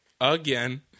again